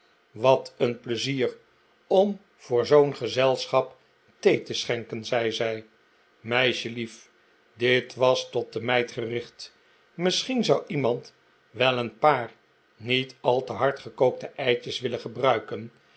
wat een pleizier om voor zoon gezelschap thee te schenken zei zij meisjelief dit was tot de meid gericht misschien zou iemand wel een paar niet al te hard gekookte eitjes willen gebruiken